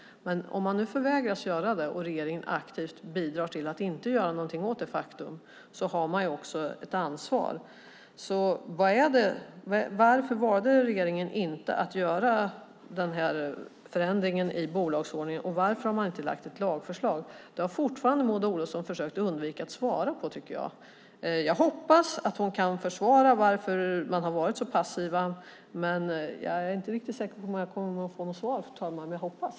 Om man nu förvägras göra det och regeringen aktivt bidrar till att inte göra något åt det har regeringen ett ansvar. Varför valde regeringen att inte göra den här förändringen i bolagsordningen? Och varför har man inte lagt fram ett lagförslag? Det har fortfarande Maud Olofsson försökt undvika att svara på, tycker jag. Jag hoppas att hon kan försvara varför man har varit så passiv, men jag är inte riktigt säker på att jag kommer att få något svar, fru talman. Men jag hoppas.